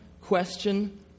question